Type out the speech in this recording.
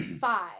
five